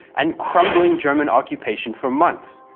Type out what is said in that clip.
and crumbling german occupation for months.